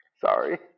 sorry